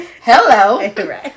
hello